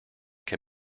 can